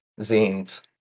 zines